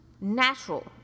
natural